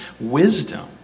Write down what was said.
wisdom